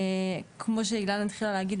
כמו שאילנה התחילה להגיד,